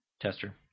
Tester